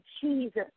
Jesus